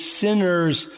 sinners